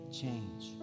change